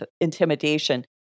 intimidation